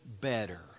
better